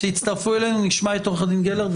נשמע את עורך הדין גלרט,